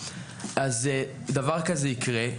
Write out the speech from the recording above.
אז דבר כזה יקרה.